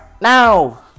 now